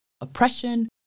Oppression